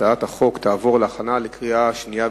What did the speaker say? התש"ע 2009,